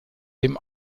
dem